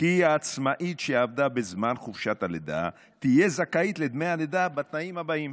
כי עצמאית שעבדה בזמן חופשת הלידה תהיה זכאית לדמי הלידה בתנאים הבאים: